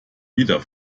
wieder